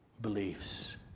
beliefs